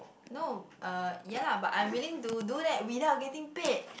no uh ya lah but I'm willing to do that without getting paid